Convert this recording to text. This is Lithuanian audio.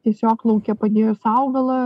tiesiog lauke padėjus augalą